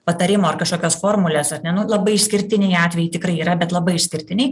patarimo ar kažkokios formulės ar ne nu labai išskirtiniai atvejai tikrai yra bet labai išskirtiniai